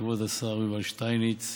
כבוד השר יובל שטייניץ,